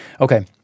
Okay